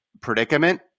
predicament